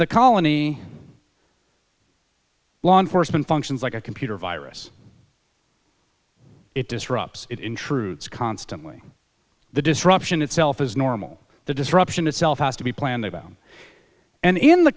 the colony law enforcement functions like a computer virus it disrupts it intrudes constantly the disruption itself is normal the disruption itself has to be planned out and in the